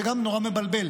זה גם נורא מבלבל,